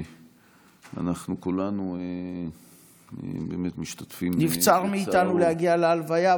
ואנחנו כולנו באמת משתתפים בצער --- נבצר מאיתנו להגיע להלוויה,